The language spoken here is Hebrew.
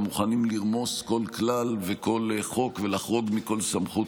גם מוכנים לרמוס כל כלל וכל חוק ולחרוג מכל סמכות